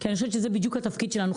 כי אני חושבת שזה בדיוק התפקיד שלנו,